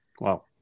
Wow